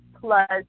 plus